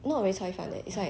not really 菜饭 leh it's like